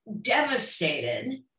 devastated